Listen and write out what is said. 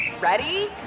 Ready